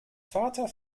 vater